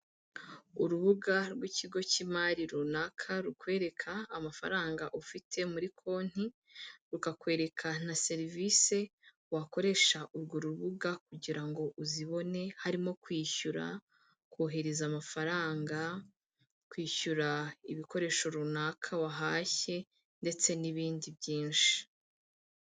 Urubuga rw'ikigo cy'imari runaka rukwereka amafaranga ufite muri konti, rukakweka na serivisi wakoresha urwo rubuga kugira ngo uzibone harimo kwishyura, kohereza amafaranga, kwishyura ibikoresho runaka wahashye ndetse n'ibindi byinshi.